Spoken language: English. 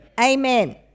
Amen